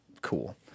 cool